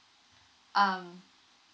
um